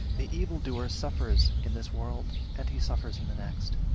the evil-doer suffers in this world, and he suffers in the next